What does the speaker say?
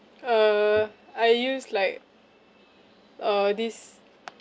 uh I use like uh this